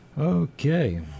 Okay